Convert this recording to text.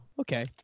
okay